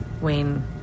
wayne